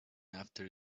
after